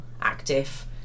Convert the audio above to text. active